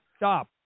Stop